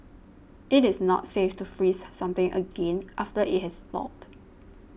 it is not safe to freeze something again after it has thawed